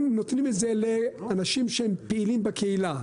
הם נותנים את זה לאנשים שהם פעילים בקהילה,